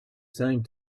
same